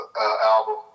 album